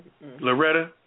Loretta